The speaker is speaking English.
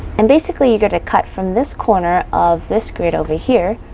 and basically, you're going to cut from this corner of this grid over here,